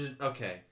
okay